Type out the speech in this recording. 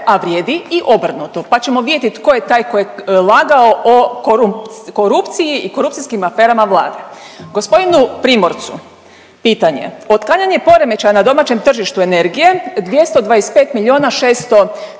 a vrijedi i obrnuto, pa ćemo vidjeti tko je taj ko je lagao o korupciji i korupcijskim aferama Vlade. Gospodinu Primorcu pitanje …/Govornik se ne razumije./…je poremećaj na domaćem tržištu energije 225 milijuna 600